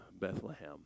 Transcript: Bethlehem